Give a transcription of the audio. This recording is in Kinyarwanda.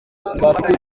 twakwiteza